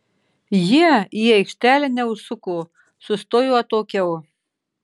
jie į aikštelę neužsuko sustojo atokiau